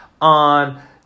on